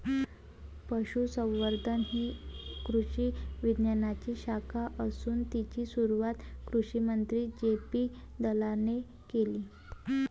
पशुसंवर्धन ही कृषी विज्ञानाची शाखा असून तिची सुरुवात कृषिमंत्री जे.पी दलालाने केले